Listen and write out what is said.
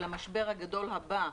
אל המשבר הגדול הבא,